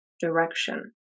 direction